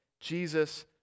Jesus